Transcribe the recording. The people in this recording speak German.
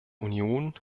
union